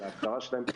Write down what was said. להכרה בהם.